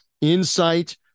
insight